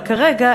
אבל כרגע,